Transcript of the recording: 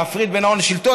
להפריד בין הון לשלטון,